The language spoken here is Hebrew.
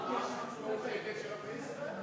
מה זה "הרשימה הפלסטינית"?